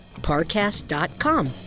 parcast.com